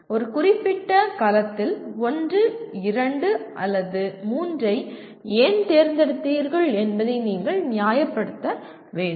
ஒரு குறிப்பிட்ட கலத்தில் 1 2 அல்லது 3 ஐ ஏன் தேர்ந்தெடுத்தீர்கள் என்பதை நீங்கள் நியாயப்படுத்த வேண்டும்